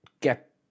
get